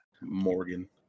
Morgan